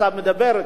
תגיד לציבור.